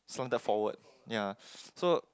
slanted forward ya